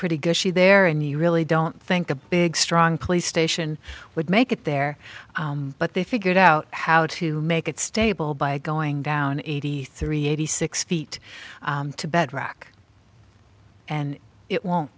pretty good she there and you really don't think a big strong police station would make it there but they figured out how to make it stable by going down eighty three eighty six feet to bedrock and it won't